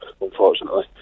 unfortunately